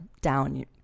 down